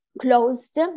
closed